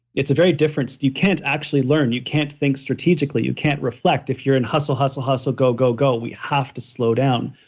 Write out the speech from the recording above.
it's very different. you can't actually learn. you can't think strategically. you can't reflect if you're in hustle, hustle, hustle, go, go, go. we have to slow down.